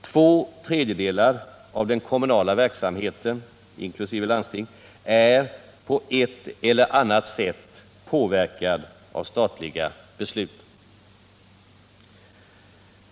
Två tredjedelar av den kommunala verksamheten, inklusive landstingen, är på ett eller annat sätt påverkade av statliga beslut.